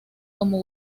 como